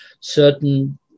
certain